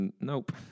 Nope